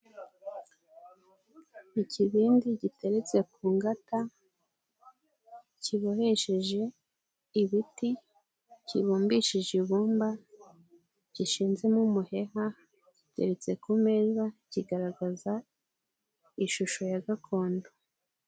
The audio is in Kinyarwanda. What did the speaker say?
Mu kibindi giteretse ku ngata ,kibohesheje ibiti, kibumbishije ibumba, gishinzemo umuheha, gitetse ku meza, kigaragaza ishusho ya gakondo.